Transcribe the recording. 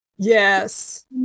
Yes